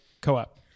co-op